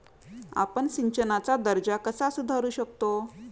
आपण सिंचनाचा दर्जा कसा सुधारू शकतो?